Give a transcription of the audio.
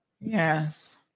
Yes